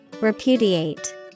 Repudiate